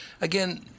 Again